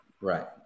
Right